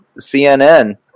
cnn